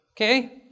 Okay